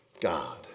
God